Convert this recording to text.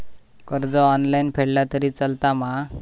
कर्ज ऑनलाइन फेडला तरी चलता मा?